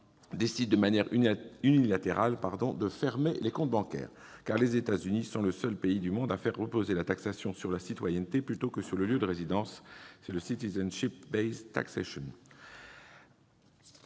décident de manière unilatérale de fermer leurs comptes bancaires. Les États-Unis sont le seul pays au monde à faire reposer la taxation sur la citoyenneté plutôt que sur le lieu de résidence : c'est la.